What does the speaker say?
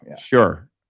Sure